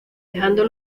dejando